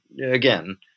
again